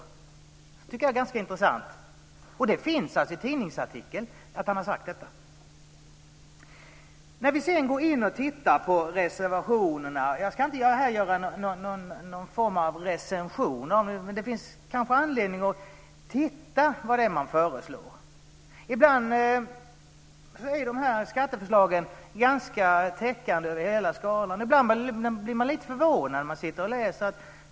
Det tycker jag är ganska intressant. Detta finns i en tidningsartikel. Sedan kan vi gå in och titta på reservationerna. Jag ska inte göra någon form av recension av dem, men det finns kanske anledning att titta på vad det är man föreslår. Ibland är dessa skatteförslag ganska täckande över hela skalan. Ibland blir man lite förvånad när man sitter och läser.